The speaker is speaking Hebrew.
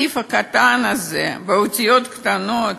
הסעיף הקטן הזה, באותיות קטנות,